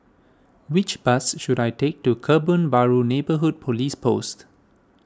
which bus should I take to Kebun Baru Neighbourhood Police Post